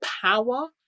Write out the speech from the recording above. power